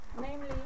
Namely